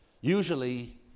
usually